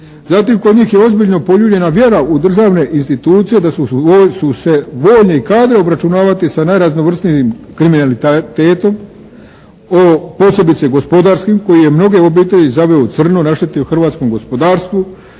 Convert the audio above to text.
Zatim, kod njih je ozbiljno poljuljana vjera u državne institucije da su se voljni i kadri obračunavati sa raznovrsnijim kriminalitetom, posebice gospodarskim koji je mnoge obitelji zaveo u crno i naštetio hrvatskom gospodarstvu